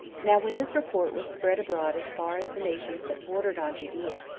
now when this report was spread abroad as far as the nations that bordered on judea,